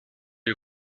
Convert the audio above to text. you